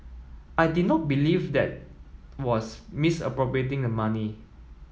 I did not believe that was misappropriating the money